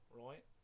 right